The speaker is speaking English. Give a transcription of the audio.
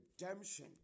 redemption